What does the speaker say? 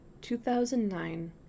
2009